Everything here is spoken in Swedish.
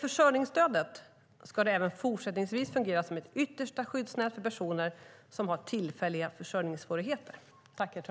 Försörjningsstödet ska även fortsättningsvis fungera som ett yttersta skyddsnät för personer som har tillfälliga försörjningssvårigheter.